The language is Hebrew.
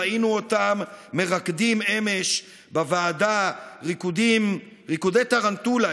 ראינו אותם מרקדים אמש בוועדה ריקודי טרנטולה,